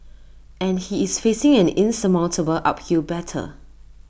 and he is facing an insurmountable uphill battle